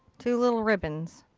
two little ribbons.